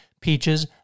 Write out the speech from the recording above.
Peaches